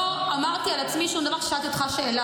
לא אמרתי על עצמי שום דבר כששאלתי אותך שאלה.